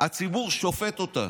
פעם בארבע שנים הציבור שופט אותה